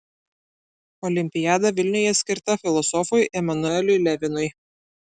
olimpiada vilniuje skirta filosofui emanueliui levinui